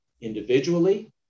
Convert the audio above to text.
individually